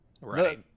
right